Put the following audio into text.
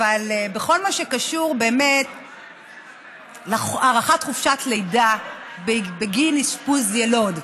אבל בכל מה שקשור בהארכת חופשת לידה בגין אשפוז יילוד: